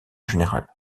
général